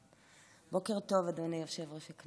טוב, אדוני יושב-ראש הישיבה,